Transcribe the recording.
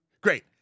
Great